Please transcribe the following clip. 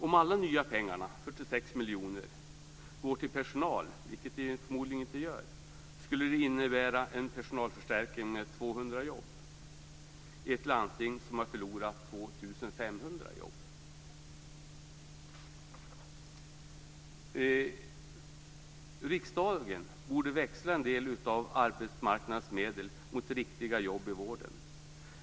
Om alla de nya pengarna, 46 miljoner, går till personal, vilket de förmodligen inte gör, skulle det innebära en personalförstärkning med 200 jobb i ett landsting som har förlorat 2 500 jobb. Riksdagen borde växla en del av arbetsmarknadsmedlen mot riktiga jobb i vården.